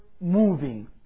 moving